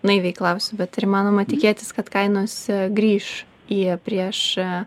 naiviai klausiu bet ar įmanoma tikėtis kad kainos grįš į prieš